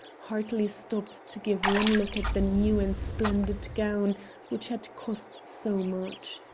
hardly stopped to give one look at the new and splendid gown which had cost so much.